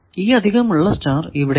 ഈ അധികമുള്ള സ്റ്റാർ ഇവിടെ ഇല്ല